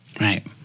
Right